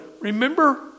remember